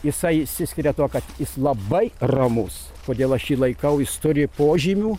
jisai išsiskiria tuo kad jis labai ramus todėl aš jį laikau jis turi požymių